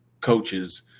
coaches